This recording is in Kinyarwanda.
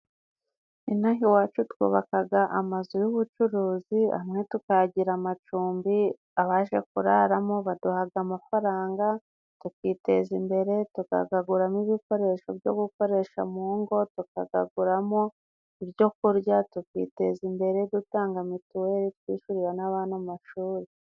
Ino aha iwacu twubaka amazu y'ubucuruzi, amwe tukayagira amacumbi, abaje kuraramo baduhaha amafaranga tukiteza imbere, tukayaguramo ibikoresho byo gukoresha mu ngo, tukayaguramo ibyo kurya, tukiteza imbere dutanga mituweri, twishyurira n'abana amashuri.